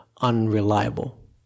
unreliable